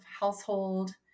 household